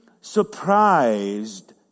surprised